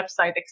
website